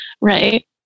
right